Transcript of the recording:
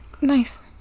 Nice